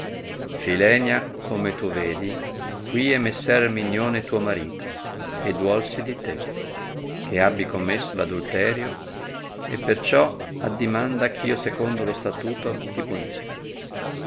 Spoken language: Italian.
filenia come tu vedi qui è messer erminione tuo marito e ducisi eli te che abbi commesso adulterio e perciò addimanda eh io secondo lo statuto ti punisca